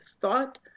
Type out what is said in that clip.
thought